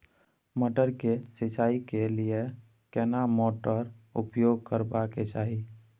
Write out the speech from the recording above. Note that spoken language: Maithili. मटर के सिंचाई के लिये केना मोटर उपयोग करबा के चाही?